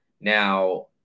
Now